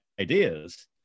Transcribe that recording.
ideas